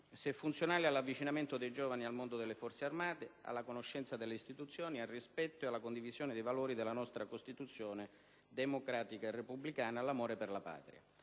è funzionale all'avvicinamento dei giovani al mondo delle Forze armate, alla conoscenza delle istituzioni, al rispetto e alla condivisione dei valori della nostra Costituzione democratica e repubblicana, all'amore per la Patria.